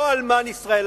לא אלמן ישראל.